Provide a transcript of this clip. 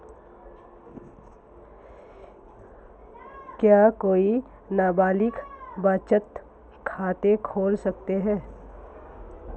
क्या कोई नाबालिग बचत खाता खोल सकता है?